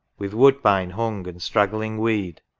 with woodbine hung and straggling weed.